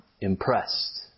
impressed